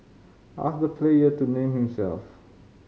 ask the player to name himself